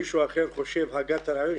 אם מישהו אחר חושב שהוא הגה את הרעיון,